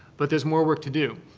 but there's more work to do.